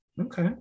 Okay